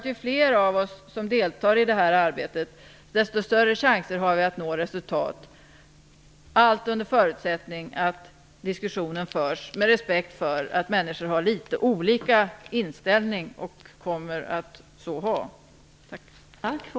Ju fler av oss som deltar i det här arbetet, desto större chanser har vi att nå resultat - allt under förutsättning att diskussionen förs med respekt för att människor har litet olika inställning och kommer att så ha.